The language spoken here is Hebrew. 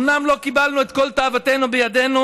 אומנם לא קיבלנו את כל תאוותנו בידנו,